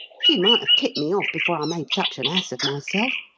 she might have tipped me off before i made such an ass of myself.